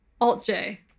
Alt-J